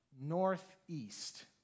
northeast